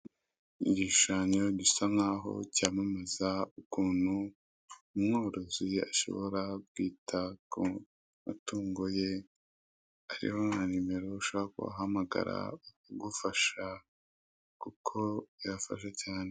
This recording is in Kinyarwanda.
Igishushanyo gisa nk'aho cyamamaza ukuntu umworozi ashobora kwita ku matungo ye, hariho na nimero ushobora kuba wahamagara bakagufasha kuko birafasha cyane.